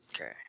Okay